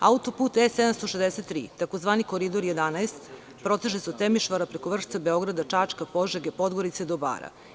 Autoput E 763 tzv. koridor 11 proteže se od Temišvara, preko Vršca, Beograda, Čačka, Požege, Podgorice do Bara.